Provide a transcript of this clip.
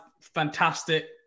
fantastic